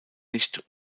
nicht